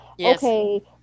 okay